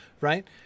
Right